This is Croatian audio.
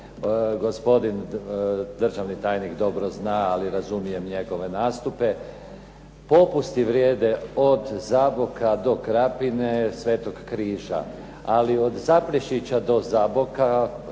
Gospodin državni tajnik dobro zna, ali razumijem njegove nastupe. Popusti vrijede od Zaboka do Krapine, Sv. Križa. Ali od Zaprešića do Zaboka,